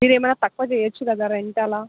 మీరు ఏమన్నా తక్కువ చేయొచ్చు కదా రెంట్ అలా